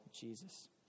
Jesus